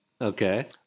Okay